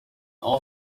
all